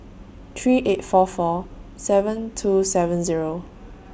three eight four four seven two seven Zero